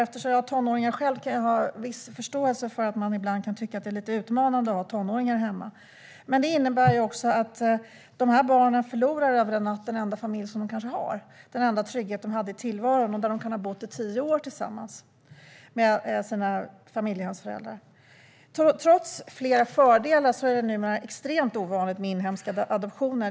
Eftersom jag har tonåringar själv kan jag viss förståelse för att man ibland kan tycka att det är lite utmanande att ha tonåringar hemma. Men det innebär att de barnen över en natt förlorar den enda familj som de kanske har, den enda trygghet de hade i tillvaron och där de kan ha bott i tio år tillsammans med sina familjehemsföräldrar. Trots flera fördelar är det numera extremt ovanligt med inhemska adoptioner i Sverige.